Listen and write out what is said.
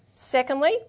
Secondly